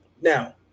Now